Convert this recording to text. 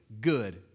good